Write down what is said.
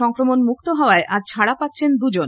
সংক্রমণ মুক্ত হওয়ায় আজ ছাড়া পাচ্ছেন দুজন